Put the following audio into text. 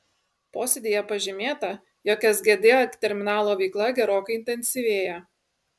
posėdyje pažymėta jog sgd terminalo veikla gerokai intensyvėja